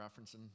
referencing